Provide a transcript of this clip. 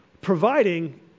providing